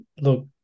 look